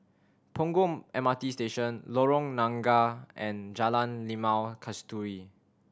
Punggol M R T Station Lorong Nangka and Jalan Limau Kasturi